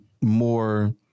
more